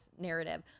narrative